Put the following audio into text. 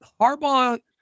Harbaugh